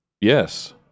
Yes